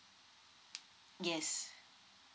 yes